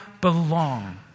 belong